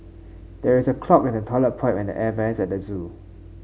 there is a clog in the toilet pipe and the air vents at the zoo